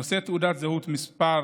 נושא תעודת זהות מס'